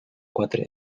quatre